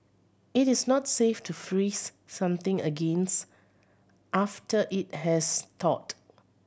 it is not safe to freeze something against after it has thawed